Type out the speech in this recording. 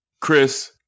Chris